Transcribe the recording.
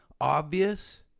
Obvious